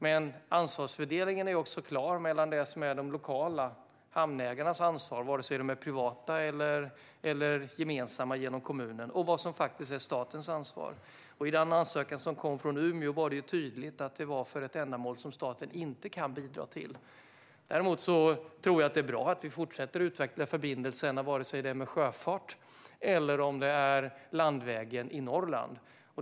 Men ansvarsfördelningen är klar mellan det som är de lokala hamnägarnas ansvar, vare sig de är privata eller gemensamma genom kommunen, och vad som faktiskt är statens ansvar. I den ansökan som kom från Umeå var det tydligt att det var för ett ändamål som staten inte kan bidra till. Däremot är det bra att vi fortsätter att utveckla förbindelsen vare sig det är med sjöfart eller om det är landvägen i Norrland.